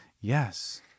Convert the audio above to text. Yes